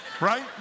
right